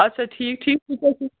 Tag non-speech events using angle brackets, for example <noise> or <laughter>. اَچھا ٹھیٖک ٹھیٖک <unintelligible>